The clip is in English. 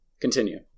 continue